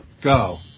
go